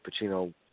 Pacino